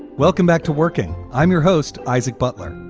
welcome back to working. i'm your host, isaac butler,